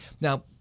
Now